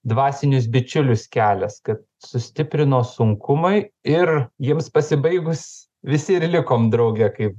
dvasinius bičiulius kelias kad sustiprino sunkumai ir jiems pasibaigus visi ir likom drauge kaip